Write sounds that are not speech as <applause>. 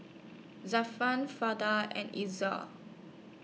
Zafran <unintelligible> and <unintelligible>